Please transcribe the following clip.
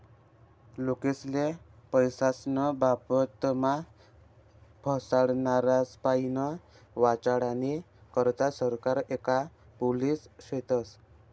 लोकेस्ले पैसास्नं बाबतमा फसाडनारास्पाईन वाचाडानी करता सरकार आणि पोलिस शेतस